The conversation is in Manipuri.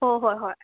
ꯍꯣ ꯍꯣꯏ ꯍꯣꯏ